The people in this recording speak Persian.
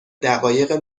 دقایق